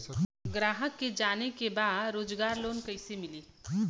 ग्राहक के जाने के बा रोजगार लोन कईसे मिली?